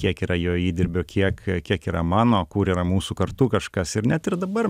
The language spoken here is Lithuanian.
kiek yra jo įdirbio kiek kiek yra mano kur yra mūsų kartu kažkas ir net ir dabar